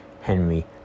Henry